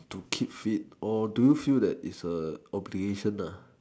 to keep fit or do you feel that it's an obligation